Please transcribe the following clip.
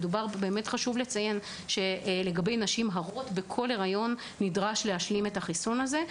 חשוב לציין שבכל היריון נדרש להשלים את החיסון הזה.